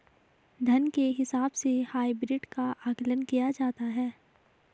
धन के हिसाब से हाइब्रिड का आकलन किया जाता है